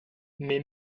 mes